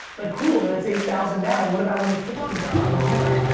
like cool that it's eight thousand now, what about when it's sixteen thousand in a month?